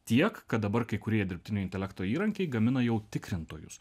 tiek kad dabar kai kurie dirbtinio intelekto įrankiai gamina jau tikrintojus